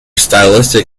stylistic